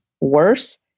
worse